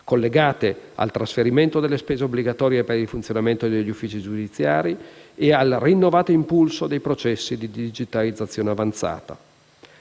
collegate al trasferimento delle spese obbligatorie per il funzionamento degli uffici giudiziari e al rinnovato impulso dei processi di digitalizzazione avanzata.